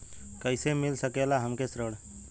कइसे मिल सकेला हमके ऋण?